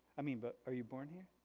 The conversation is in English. i mean but are you born here?